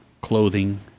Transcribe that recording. clothing